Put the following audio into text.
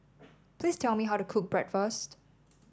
please tell me how to cook Bratwurst